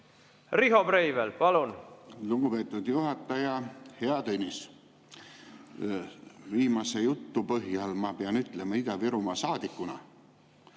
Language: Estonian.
Riho Breivel, palun! Lugupeetud juhataja! Hea Tõnis! Viimase jutu põhjal pean ütlema Ida-Virumaa saadikuna,